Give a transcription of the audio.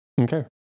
Okay